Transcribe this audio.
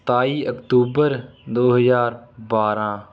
ਸਤਾਈ ਅਕਤੂਬਰ ਦੋ ਹਜ਼ਾਰ ਬਾਰਾਂ